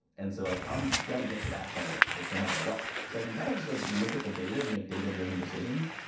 and so like i'm going to get to that point like no matter what. so i can kind of just like look at the data and make data-driven decisions,